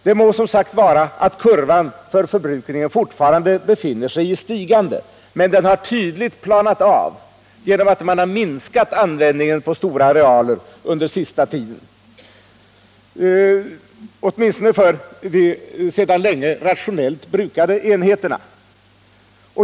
Det må som sagt vara att kurvan för förbrukningen fortfarande befinner sig i stigande, men det har tydligt planat av genom att man har minskat användningen på stora arealer under sista tiden, åtminstone för de sedan länge rationellt brukade enheterna.